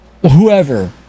whoever